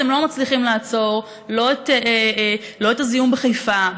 אתם לא מצליחים לעצור את הזיהום בחיפה,